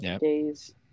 days